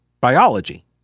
biology